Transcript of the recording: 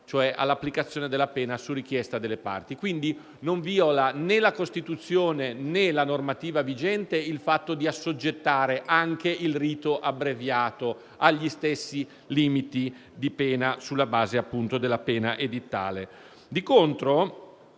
cioè all'applicazione della pena su richiesta delle parti. Quindi, non viola né la Costituzione, né la normativa vigente il fatto di assoggettare anche il rito abbreviato agli stessi limiti di pena sulla base, appunto, della pena edittale. Di contro,